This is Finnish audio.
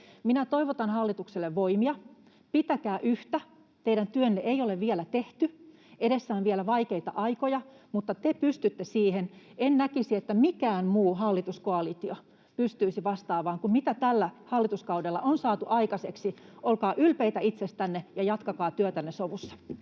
Minä toivotan hallitukselle voimia. Pitäkää yhtä, teidän työnne ei ole vielä tehty. Edessä on vielä vaikeita aikoja, mutta te pystytte siihen. En näkisi, että mikään muu hallituskoalitio pystyisi vastaavaan kuin mitä tällä hallituskaudella on saatu aikaiseksi. [Arto Satonen: Ei pystynyt, se on